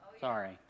Sorry